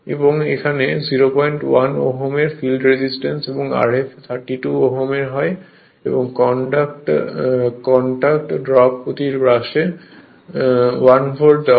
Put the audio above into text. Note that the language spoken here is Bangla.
এবং এখানে 01 Ω এর ফিল্ড রেজিস্ট্যান্স এবং Rf 32 Ω এবং কন্টাক্ট ড্রপ প্রতি ব্রাশে 1 ভোল্ট দেওয়া হয়